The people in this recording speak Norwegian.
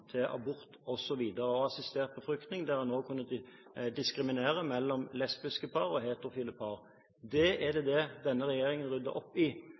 abort og assistert befruktning, der en også kunne diskriminere mellom lesbiske par og heterofile par. Det er det denne regjeringen rydder opp i.